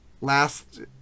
last